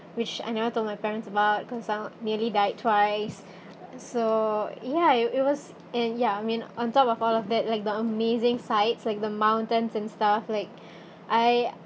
which I never told my parents about cause I nearly died twice so ya it it was and ya I mean on top of all of that like the amazing sights like the mountains and stuff like I